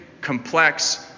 complex